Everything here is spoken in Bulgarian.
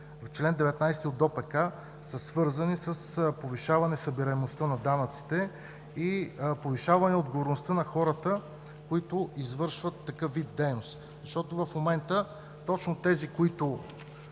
чл. 19 от ДОПК са свързани с повишаване събираемостта на данъците и повишаване отговорността на хората, които извършват такъв вид дейност. Защото в момента точно тези, които